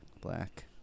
Black